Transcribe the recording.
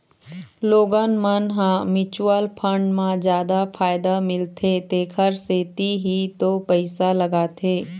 लोगन मन ह म्युचुअल फंड म जादा फायदा मिलथे तेखर सेती ही तो पइसा लगाथे